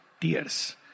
tears